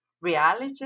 reality